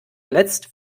letzt